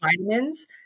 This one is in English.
vitamins